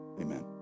Amen